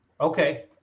okay